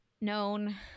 known